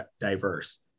diverse